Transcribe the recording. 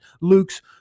Luke's